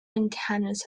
antennas